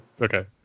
Okay